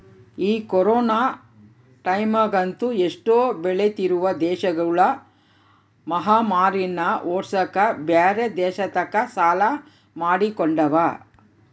ಈ ಕೊರೊನ ಟೈಮ್ಯಗಂತೂ ಎಷ್ಟೊ ಬೆಳಿತ್ತಿರುವ ದೇಶಗುಳು ಮಹಾಮಾರಿನ್ನ ಓಡ್ಸಕ ಬ್ಯೆರೆ ದೇಶತಕ ಸಾಲ ಮಾಡಿಕೊಂಡವ